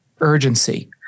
urgency